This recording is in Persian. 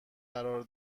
قرار